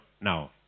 Now